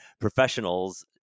professionals